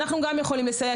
אנחנו גם יכולים לסייע.